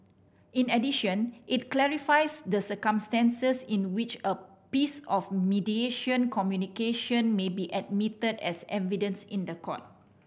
in addition it clarifies the circumstances in which a piece of mediation communication may be admitted as evidence in the court